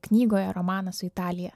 knygoje romanas su italija